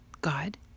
God